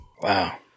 wow